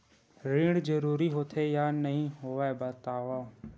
ऋण जरूरी होथे या नहीं होवाए बतावव?